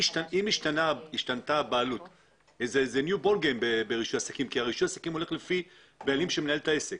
רישוי עסקים הולך לפי בעלים שמנהל את העסק.